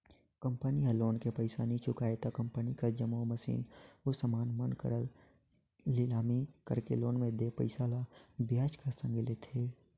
company ह loan के पइसा नी चुकाय त कंपनी कर जम्मो मसीन अउ समान मन कर लिलामी कइरके लोन में देय पइसा ल बियाज कर संघे लेथे